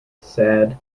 sad